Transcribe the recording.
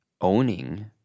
owning